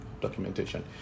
documentation